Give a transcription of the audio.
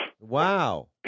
Wow